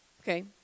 Okay